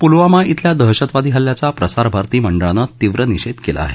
पूलवामा शिल्या दहशतवादी हल्ल्याचा प्रसारभारती मंडळानं तीव्र निषेध केला आहे